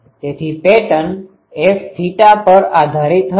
તેથી pattern Fθ પર આધારિત હશે